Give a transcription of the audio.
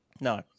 No